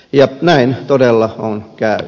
ja näin todella on käynyt